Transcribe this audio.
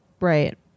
Right